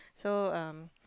so um